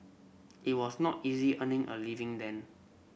it was not easy earning a living then